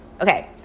Okay